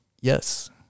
yes